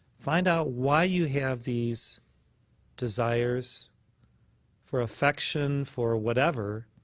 find out why you have these desires for affection, for whatever.